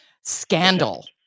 scandal